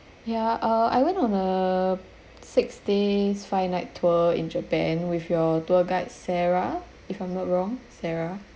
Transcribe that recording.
ya uh I went on uh six days five nights tour in japan with your tour guide sarah if I'm not wrong sarah